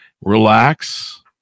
relax